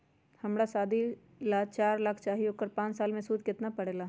हमरा शादी ला चार लाख चाहि उकर पाँच साल मे सूद कितना परेला?